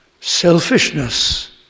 Selfishness